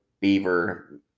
Beaver